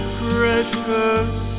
precious